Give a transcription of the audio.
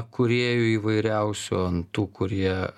kūrėjų įvairiausių ant tų kurie